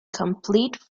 complete